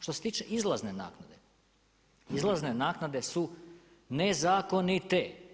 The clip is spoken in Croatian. Što se tiče izlazne naknade, izlazne naknade su nezakonite.